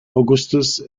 augustus